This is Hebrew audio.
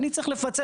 אני צריך לפצל,